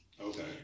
okay